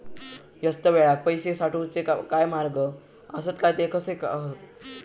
जास्त वेळाक पैशे साठवूचे काय मार्ग आसत काय ते कसे हत?